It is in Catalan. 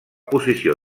posició